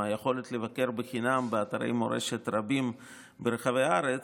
עם היכולת לבקר חינם באתרי מורשת רבים ברחבי הארץ,